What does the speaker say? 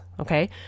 Okay